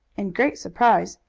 in great surprise,